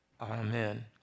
Amen